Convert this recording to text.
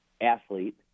athlete –